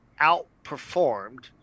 outperformed